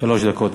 שלוש דקות.